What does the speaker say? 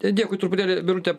dėkui truputėlį birute